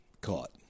caught